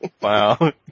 Wow